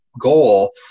goal